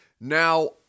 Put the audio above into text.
Now